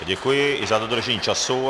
Děkuji i za dodržení času.